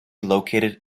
located